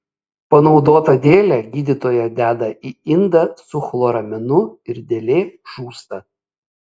panaudotą dėlę gydytoja deda į indą su chloraminu ir dėlė žūsta